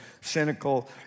cynical